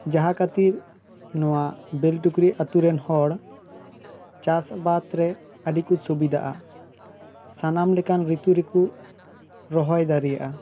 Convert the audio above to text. ᱡᱟᱦᱟ ᱠᱷᱟᱹᱛᱤᱨ ᱱᱚᱣᱟ ᱵᱮᱞᱴᱤᱠᱩᱨᱤ ᱟᱛᱳ ᱨᱮᱱ ᱦᱚᱲ ᱪᱟᱥ ᱵᱟᱫᱽ ᱨᱮ ᱟᱹᱰᱤ ᱠᱚ ᱥᱩᱵᱤᱫᱟᱜᱼᱟ ᱥᱟᱱᱟᱢ ᱞᱮᱠᱟᱱ ᱨᱤᱛᱩ ᱨᱮ ᱠᱚ ᱨᱚᱦᱚᱭ ᱫᱟᱲᱮᱜᱼᱟ